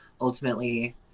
ultimately